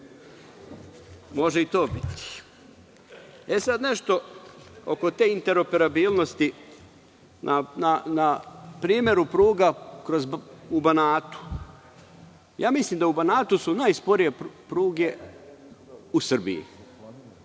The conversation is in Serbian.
i to biti. Sada nešto oko interoperabilnosti na primeru pruga kroz Banat. Mislim da su u Banatu najsporije pruge u Srbiji.